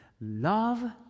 love